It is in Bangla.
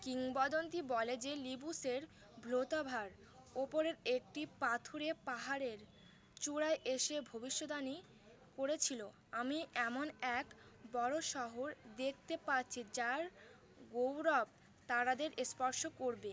কিংবদন্তী বলে যে লিবুসের ভ্লোতাভার ওপরে একটি পাথুরে পাহাড়ের চূড়ায় এসে ভবিষ্যদাণী করেছিলো আমি এমন এক বড়ো শহর দেখতে পাচ্ছি যার গৌরব তারাদের স্পর্শ করবে